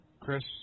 Chris